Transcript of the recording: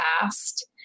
past